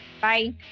Bye